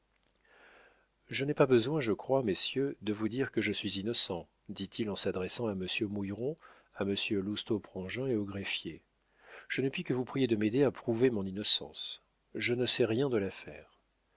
je n'ai pas besoin je crois messieurs de vous dire que je suis innocent dit-il en s'adressant à monsieur mouilleron à monsieur lousteau prangin et au greffier je ne puis que vous prier de m'aider à prouver mon innocence je ne sais rien de l'affaire